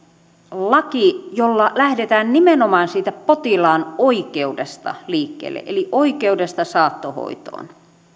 laki jossa lähdetään nimenomaan siitä potilaan oikeudesta liikkeelle eli oikeudesta saattohoitoon ja